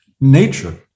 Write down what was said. nature